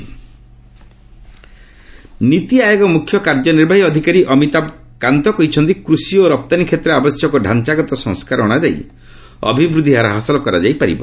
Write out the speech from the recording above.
ନୀତି ସିଇଓ ନୀତି ଆୟୋଗ ମୁଖ୍ୟ କାର୍ଯ୍ୟନିର୍ବାହୀ ଅଧିକାରୀ ଅମିତାଭ କାନ୍ତ କହିଛନ୍ତି କୁଷି ଓ ରପ୍ତାନୀ କ୍ଷେତ୍ରରେ ଆବଶ୍ୟକ ଡ଼ାଞ୍ଚାଗତ ସଂସ୍କାର ଅଣାଯାଇ ଅଭିବୃଦ୍ଧି ହାର ହାସଲ କରାଯାଇ ପାରିବ